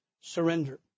surrender